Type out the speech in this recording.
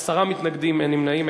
עשרה מתנגדים, אין נמנעים.